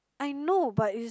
I know but is